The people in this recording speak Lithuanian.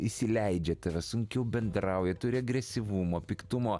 įsileidžia tave sunkiau bendrauja turi agresyvumo piktumo